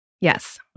Yes